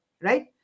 Right